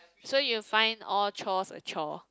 so you find all chores a chore